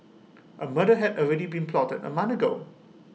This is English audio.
A murder had already been plotted A month ago